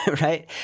right